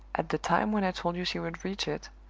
at the time when i told you she would reach it,